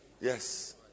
Yes